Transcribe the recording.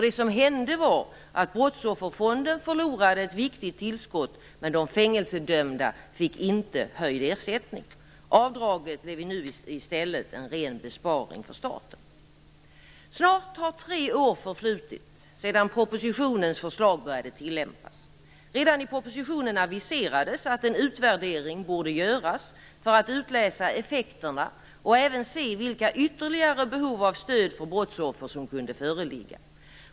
Det som hände var att Brottsofferfonden förlorade ett viktigt tillskott, men de fängelsedömda fick inte höjd ersättning. Avdraget blev nu i stället en ren besparing för staten. Snart har tre år förflutit sedan propositionens förslag började tillämpas. Redan i propositionen aviserades att en utvärdering borde göras för att utläsa effekterna och även se vilka ytterligare behov av stöd för brottsoffer som kunde föreligga.